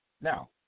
Now